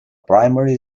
primary